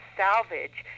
salvage